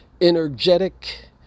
energetic